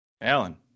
Alan